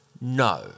No